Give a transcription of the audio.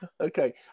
okay